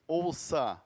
ouça